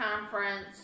conference